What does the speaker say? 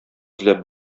эзләп